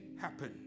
happen